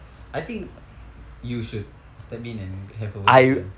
I think you step in and have a word with them